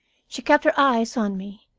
she kept her eyes on me,